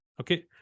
Okay